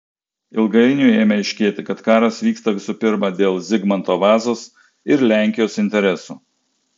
ilgainiui ėmė aiškėti kad karas vyksta visų pirma dėl zigmanto vazos ir lenkijos interesų